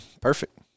Perfect